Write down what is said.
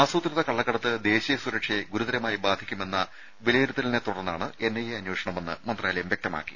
ആസൂത്രിത കള്ളക്കടത്ത് ദേശീയ സുരക്ഷയെ ഗുരുതരമായി ബാധിക്കും എന്ന വിലയിരുത്തലിനെത്തുടർന്നാണ് മന്ത്രാലയം വ്യക്തമാക്കി